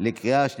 אם כן, 12